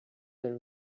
been